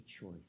choice